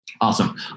Awesome